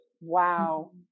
wow